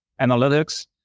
analytics